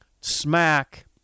smack